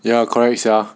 ya correct sia